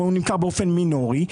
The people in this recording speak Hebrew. אבל הוא נמכר באופן מינורי.